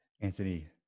Anthony